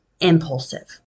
impulsive